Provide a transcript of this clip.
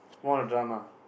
what drama